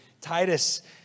Titus